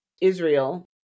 Israel